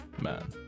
man